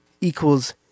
Equals